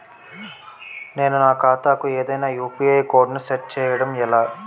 నేను నా ఖాతా కు ఏదైనా యు.పి.ఐ కోడ్ ను సెట్ చేయడం ఎలా?